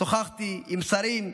שוחחתי עם שרים,